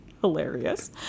hilarious